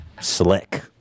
slick